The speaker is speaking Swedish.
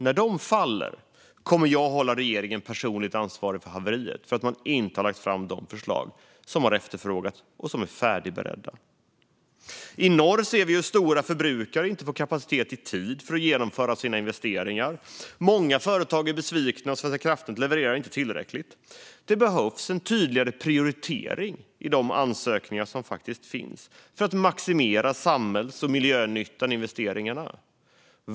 När de faller kommer jag att hålla regeringen personligt ansvarig för haveriet i och med att man inte har lagt fram de förslag som har efterfrågats och som är färdigberedda. I norr ser vi hur stora förbrukare inte får kapacitet i tid för att genomföra sina investeringar. Många företag är besvikna, och Svenska kraftnät levererar inte tillräckligt. Det behövs en tydligare prioritering bland de ansökningar som finns för att maximera samhälls och miljönyttan i investeringarna.